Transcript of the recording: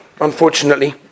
unfortunately